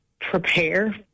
prepare